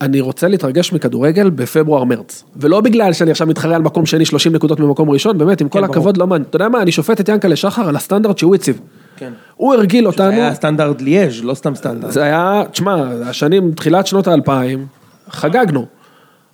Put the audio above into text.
אני רוצה להתרגש מכדורגל בפברואר-מרץ. ולא בגלל שאני עכשיו מתחרה על מקום שני 30 נקודות ממקום ראשון, באמת, עם כל הכבוד לא מעניין. אתה יודע מה, אני שופט את ינקעלה שחר על הסטנדרט שהוא הציב. כן. הוא הרגיל אותנו. זה היה סטנדרט ליאז', לא סתם סטנדרט. זה היה, תשמע, השנים, תחילת שנות האלפיים, חגגנו.